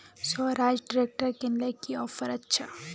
Swaraj tractor किनले की offer अच्छा?